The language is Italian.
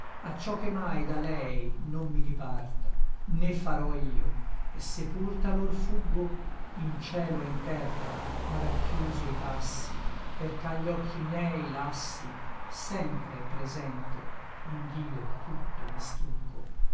a ciò che mai da lei non mi diparta né farò io et se pur talor fuggo in cielo e'n terra m'ha rachiuso i passi perch'agli occhi miei lassi sempre è presente ond'io tutto mi struggo